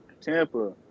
Tampa